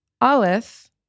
Aleph